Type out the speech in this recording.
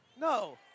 No